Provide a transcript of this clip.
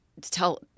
tell